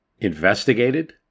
investigated